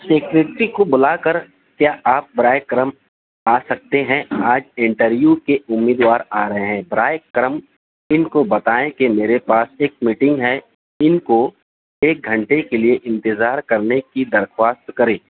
security کو بلا کر کیا آپ براہ کرم آ سکتے ہیں آج انٹرویو کے امیدوار آ رہے ہیں براہ کرم ان کو بتائیں کہ میرے پاس ایک میٹنگ ہے ان کو ایک گھنٹے کے لیے انتظار کرنے کی درخواست کریں